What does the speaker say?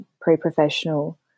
pre-professional